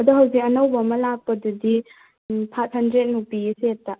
ꯑꯗꯣ ꯍꯧꯖꯤꯛ ꯑꯅꯧꯕ ꯑꯃ ꯂꯥꯛꯄꯗꯨꯗꯤ ꯎꯝ ꯐꯥꯏꯚ ꯍꯟꯗ꯭ꯔꯦꯗꯃꯨꯛ ꯄꯤꯌꯦ ꯁꯦꯠꯇ